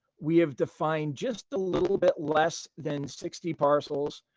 we have defined just a little bit less than sixty parcels.